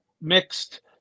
mixed